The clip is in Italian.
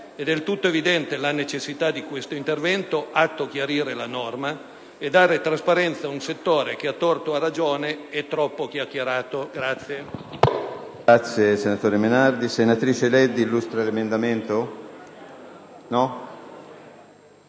È del tutto evidente la necessità di questo intervento atto a chiarire la norma e dare trasparenza ad un settore che, a torto o a ragione, è troppo chiacchierato. [DELLA